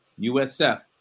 USF